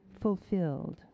fulfilled